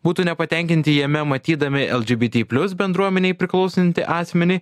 būtų nepatenkinti jame matydami lgbt plius bendruomenei priklausantį asmenį